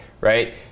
right